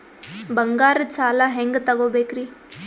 ಬಂಗಾರದ್ ಸಾಲ ಹೆಂಗ್ ತಗೊಬೇಕ್ರಿ?